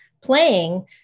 playing